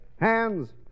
hands